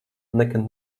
nekad